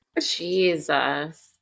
Jesus